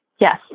Yes